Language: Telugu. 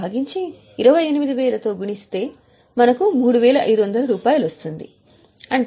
స్క్రీన్ పైన లెక్క చూడండి